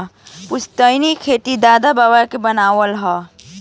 पुस्तैनी खेत दादा बाबा के बनावल हवे